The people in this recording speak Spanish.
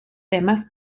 temas